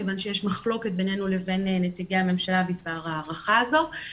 כיוון שיש מחלוקת בינינו לבין נציגי הממשלה בדבר ההערכה הזו.